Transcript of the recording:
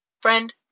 Friend